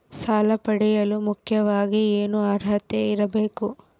ಸಾಲ ಪಡೆಯಲು ಮುಖ್ಯವಾಗಿ ಏನು ಅರ್ಹತೆ ಇರಬೇಕು?